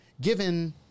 given